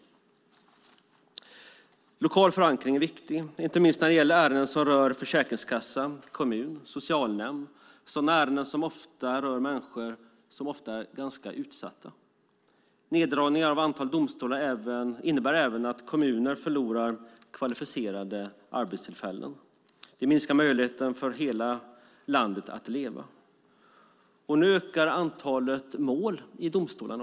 Den lokala förankringen är viktig, inte minst när det gäller ärenden som rör Försäkringskassan, kommunen eller socialnämnden. Sådana ärenden rör ofta människor som är ganska utsatta. Neddragningar av antalet domstolar innebär även att kommuner förlorar kvalificerade arbetstillfällen. Det minskar möjligheterna för att hela landet ska leva. Nu ökar också antalet mål i domstolarna.